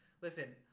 Listen